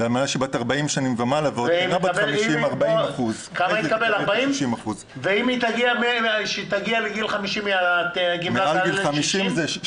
ואלמנה שהיא בת 40 שנה ומעלה תקבל 50%. וכשהיא תגיע לגיל 50 הגמלה תעלה ל-60%?